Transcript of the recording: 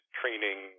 training